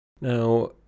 Now